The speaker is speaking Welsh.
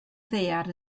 ddaear